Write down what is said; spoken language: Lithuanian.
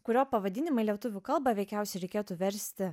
kurio pavadinimą į lietuvių kalbą veikiausiai reikėtų versti